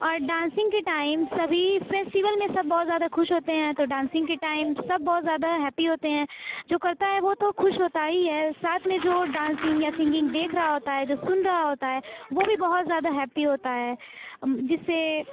اور ڈانسنگ کے ٹائم سبھی فیسٹیول میں سب بہت زیادہ خوش ہوتے ہیں تو ڈانسنگ کے ٹائم سب بہت زیادہ ہیپی ہوتے ہیں جو کرتا ہے وہ تو خوش ہوتا ہی ہے ساتھ میں جو ڈانسنگ یا سنگنگ دیکھ رہا ہوتا ہے جو سن رہا ہوتا ہے وہ بھی بہت زیادہ ہیپی ہوتا ہے جس سے